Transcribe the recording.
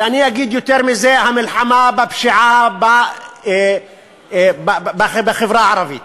אני אגיד יותר מזה, המלחמה בפשיעה בחברה הערבית,